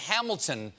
Hamilton